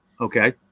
Okay